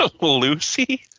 Lucy